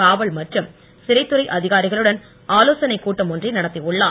காவல் மற்றும் சிறைத் துறை அதிகாரிகளுடன் ஆலோசனைக் கூட்டம் ஒன்றை நடத்தி உள்ளார்